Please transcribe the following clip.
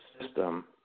system